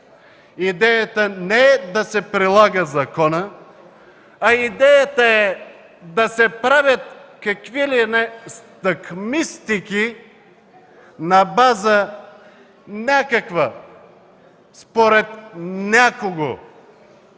идеята не е да се прилага законът, а идеята е да се правят какви ли не стъкмистики на базата на някаква, според някого,